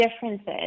Differences